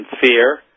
fear